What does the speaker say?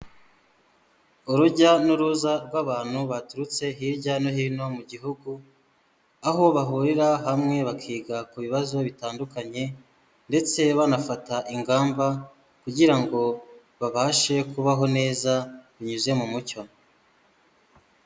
Urujya n'uruza rw'abantu baturutse hirya no hino mu gihugu, aho bahurira hamwe bakiga ku bibazo bitandukanye ndetse banafata ingamba kugira ngo babashe kubaho neza binyuze mu mucyo.